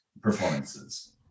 performances